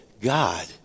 God